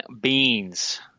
Beans